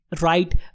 right